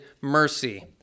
mercy